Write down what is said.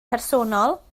personol